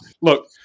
look